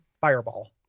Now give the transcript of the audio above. fireball